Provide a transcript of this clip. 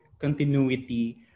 continuity